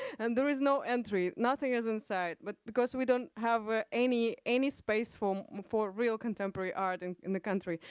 and there is no entry, nothing is inside, but because we don't have ah any any space for, for real contemporary art and in the country,